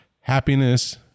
happiness